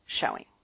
showing